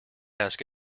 ask